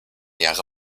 jahre